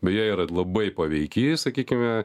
beje yra labai paveiki sakykime